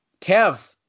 Kev